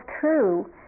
true